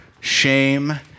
shame